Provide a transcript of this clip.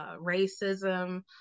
racism